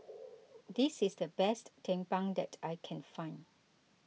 this is the best Tumpeng that I can find